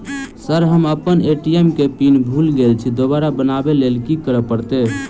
Sir हम अप्पन ATM केँ पिन भूल गेल छी दोबारा बनाबै लेल की करऽ परतै?